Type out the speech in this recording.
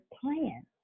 plan